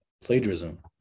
plagiarism